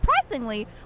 surprisingly